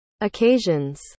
Occasions